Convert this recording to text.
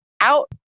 out